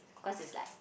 cause it's like